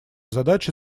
задача